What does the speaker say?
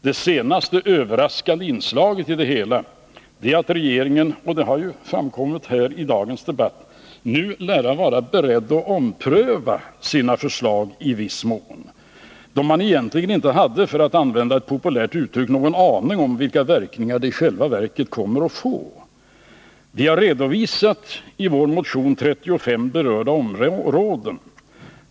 Det senaste överraskande inslaget är att regeringen — vilket också framkommit i dagens debatt — nu lär vara beredd att i viss mån ompröva sina förslag, då den, för att använda ett populärt uttryck, ”inte hade någon aning om” vilka verkningarna i själva verket skulle bli. I vår motion 35 har vi redovisat berörda områden.